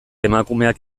emakumeak